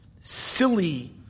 silly